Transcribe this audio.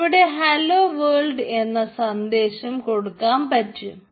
ഇവിടെ hello world എന്ന സന്ദേശം കൊടുക്കാൻ പറ്റും